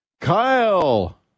Kyle